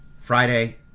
Friday